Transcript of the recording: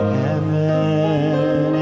heaven